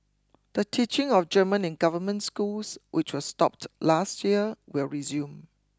the teaching of German in government schools which was stopped last year will resume